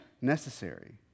necessary